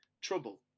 trouble